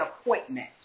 appointment